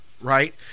Right